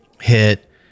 hit